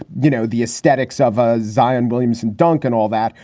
you know, the aesthetics of ah zion, williams and duncan, all that.